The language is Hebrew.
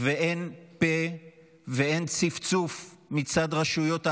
ואין פוצה פה ואין צפצוף מצד רשויות האכיפה,